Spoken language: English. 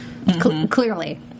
Clearly